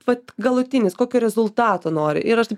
vat galutinis kokio rezultato nori ir aš taip